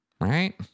Right